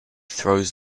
throws